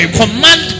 command